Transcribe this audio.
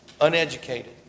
uneducated